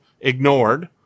ignored